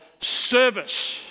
service